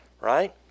Right